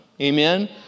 Amen